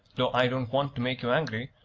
though i don't want to make you angry,